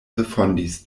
refondis